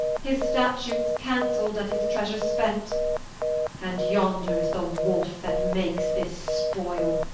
his statutes cancell'd, and his treasure spent and yonder is the wolfe, that makes this spoyle.